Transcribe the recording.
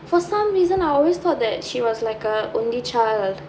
for reason I always thought that she was like a only child